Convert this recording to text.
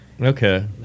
Okay